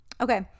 okay